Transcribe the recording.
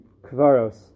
kvaros